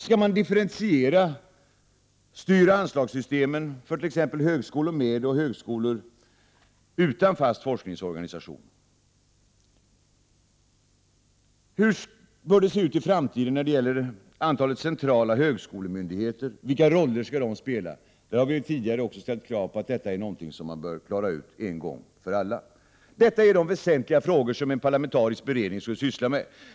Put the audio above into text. Skall man differentiera styroch anslagssystemen för t.ex. högskolor med och högskolor utan fast forskningsorganisation? Hur bör det se ut i framtiden när det gäller antalet centrala högskolemyndigheter, och vilka roller skall de spela? Vi moderater har tidigare ställt krav på att detta skall klaras ut en gång för alla. Detta är de väsentliga frågor som en parlamentarisk beredning skulle syssla med.